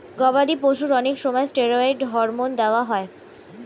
গবাদি পশুর অনেক সময় স্টেরয়েড হরমোন দেওয়া হয়